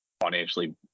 financially